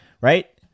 right